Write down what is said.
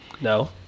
no